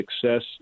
success